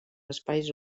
espais